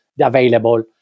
available